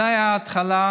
זו הייתה ההתחלה,